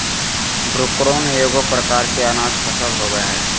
broomcorn एगो प्रकार के अनाज फसल होबो हइ